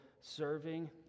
serving